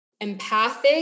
empathic